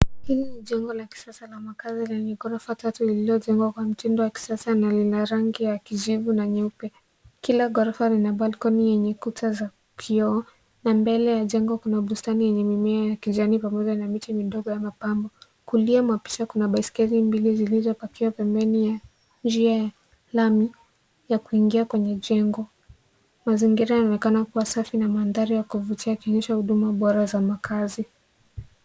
Hili ni jengo la kisasa la makzi leye ghorofa tatu lililojengwa kwa mtindo wa kisasa na lina rangi ya kijivu na nyeupe. Kila ghorofa lina balkoni zenye kuta za kioo na mbele ya jengo kuna bustani yenye mimea ya kijani pamoja na miti midogo ya mapambo. Kulia mwa picha kuna baiskeli zilizopakiwa pembeni ya njia ya lami ya kuingia kwenye jengo. Mazingira yanaonekana kuwa safi na mandahri ya kuvutia kilicho huduma bora za makazi.